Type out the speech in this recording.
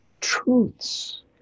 truths